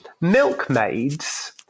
milkmaids